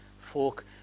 folk